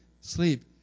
sleep